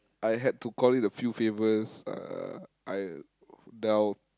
I had to call in a few favours uh I down